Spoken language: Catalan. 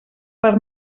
per